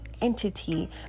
entity